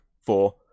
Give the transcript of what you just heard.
four